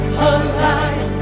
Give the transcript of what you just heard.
alive